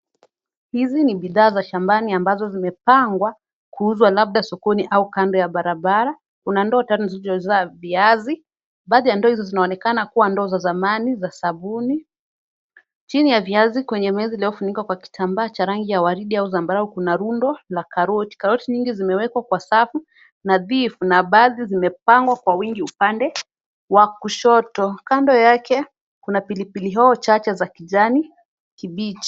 Hizi ni nishaa za shambani ambazo zimepangwa kuuzwa labda sokoni au kando ya barabara. Kuna ndio tano zilizojaa viazi .Baadhi ya ndoo hizo zinaonekana kuwa ndoo za zamani, za sabuni. Chini ya viazi kwenye meza ilyofunikwa kwa kitambaa cha rangi ya waridi au zambarau kuna rundo la karoti. Karoti nyingi zimewekwa kwa safu na bifu na baadhi zimepangwa kwa wingi upande wa kushoto. Kando yake kuna pilipili hoho chache za kijani kibichi.